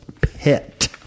Pit